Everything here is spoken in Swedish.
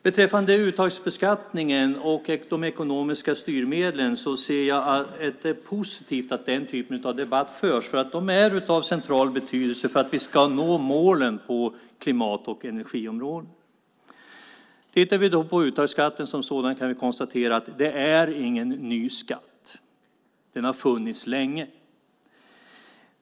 Beträffande uttagsbeskattningen och de ekonomiska styrmedlen ser jag det som positivt att den typen av debatt förs, för de är av central betydelse för att vi ska nå målen på klimat och energiområdet. Uttagsskatten är ingen ny skatt. Den har funnits länge.